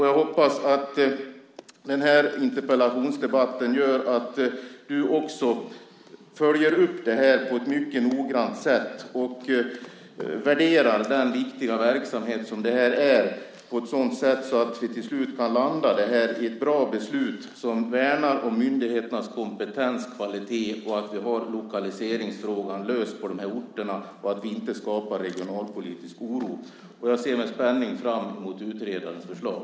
Jag hoppas att den här interpellationsdebatten gör att du också följer upp det här på ett mycket noggrant sätt och värderar den viktiga verksamhet som det här är på ett sådant sätt att vi till slut kan landa det här i bra beslut som värnar om myndigheternas kompetens och kvalitet, att vi får lokaliseringsfrågan löst på de här orterna och att vi inte skapar regionalpolitisk oro. Jag ser med spänning fram emot utredarens förslag.